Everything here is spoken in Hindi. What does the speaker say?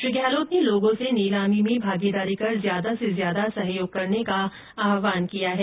श्री गहलोत ने लोगों से नीलामी में भागीदारी कर ज्यादा से ज्यादा सहयोग करने का आहवान किया है